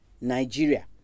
Nigeria